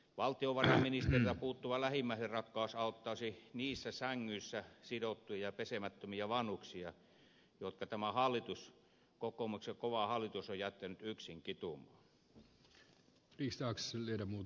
valtiovarainministeriltä puuttuva lähimmäisenrakkaus auttaisi niitä sänkyihin sidottuja ja pesemättömiä vanhuksia jotka tämä hallitus kokoomuksen kova hallitus on jättänyt yksin kitumaan